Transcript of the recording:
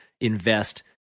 invest